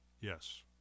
yes